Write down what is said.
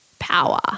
power